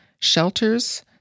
shelters